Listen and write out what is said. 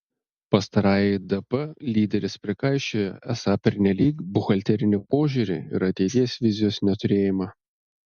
pastarajai dp lyderis prikaišiojo esą pernelyg buhalterinį požiūrį ir ateities vizijos neturėjimą